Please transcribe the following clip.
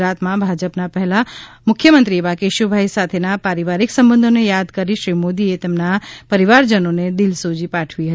ગુજરાતમાં ભાજપના પહેલા મુખ્યમંત્રી એવા કેશુભાઈ સાથેના પરિવારિક સંબધોને થાદ કરી શ્રી મોદીએ તેમના પરિવારજનોને દિલસોજી પાઠવી હતી